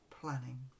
planning